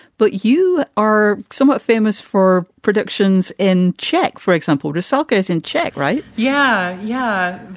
but you are somewhat famous for predictions in check, for example, to selca is in check right. yeah. yeah.